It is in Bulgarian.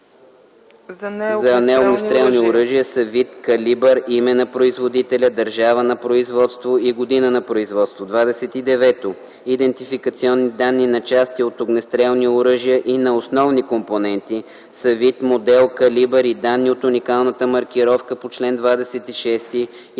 за неогнестрелни оръжия” са вид, калибър, име на производителя, държава на производство и година на производство. 29. “Идентификационни данни на части от огнестрелни оръжия и на основни компоненти” са вид, модел, калибър и данни от уникалната маркировка по чл. 26